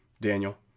Daniel